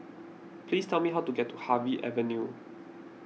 please tell me how to get to Harvey Avenue